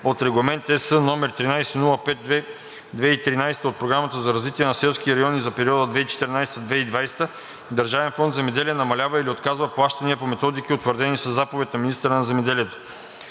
от Регламент (ЕС) № 1305/2013, от Програмата за развитие на селските райони за периода 2014 – 2020 г., Държавен фонд „Земеделие“ намалява или отказва плащания по методики, утвърдени със заповед на министъра на земеделието.